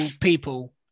people